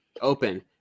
open